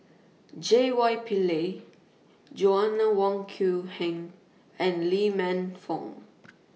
J Y Pillay Joanna Wong Quee Heng and Lee Man Fong